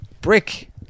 Brick